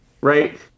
right